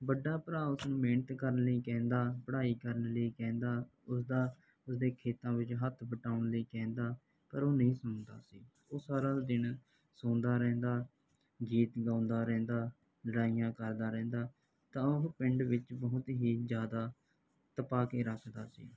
ਵੱਡਾ ਭਰਾ ਉਸਨੂੰ ਮਿਹਨਤ ਕਰਨ ਲਈ ਕਹਿੰਦਾ ਪੜ੍ਹਾਈ ਕਰਨ ਲਈ ਕਹਿੰਦਾ ਉਸਦਾ ਉਸਦੇ ਖੇਤਾਂ ਵਿੱਚ ਹੱਥ ਵਟਾਉਣ ਲਈ ਕਹਿੰਦਾ ਪਰ ਉਹ ਨਹੀਂ ਸੁਣਦਾ ਸੀ ਉਹ ਸਾਰਾ ਦਿਨ ਸੋਂਦਾ ਰਹਿੰਦਾ ਗੀਤ ਗਾਉਂਦਾ ਰਹਿੰਦਾ ਲੜਾਈਆਂ ਕਰਦਾ ਰਹਿੰਦਾ ਤਾਂ ਉਹ ਪਿੰਡ ਵਿੱਚ ਬਹੁਤ ਹੀ ਜ਼ਿਆਦਾ ਤਪਾ ਕੇ ਰੱਖਦਾ ਸੀ